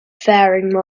faring